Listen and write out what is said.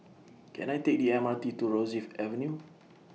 Can I Take The M R T to Rosyth Avenue